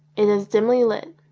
it is dimly lit.